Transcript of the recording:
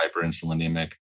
hyperinsulinemic